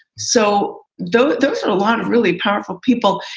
so those those are a lot of really powerful people.